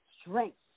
strength